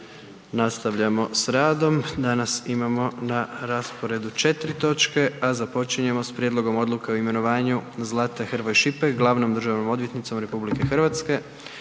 Nastavljamo s radom. Danas imamo na rasporedu četiri točke, a započinjemo s: - Prijedlogom odluke o imenovanju Zlate Hrvoj Šipek glavnom državnom odvjetnicom RH Predlagatelj